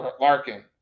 Larkin